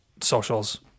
socials